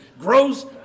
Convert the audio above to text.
grows